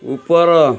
ଉପର